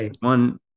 one